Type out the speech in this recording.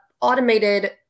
automated